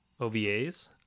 OVAs